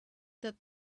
that